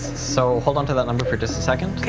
so hold on to that number for just a second. okay.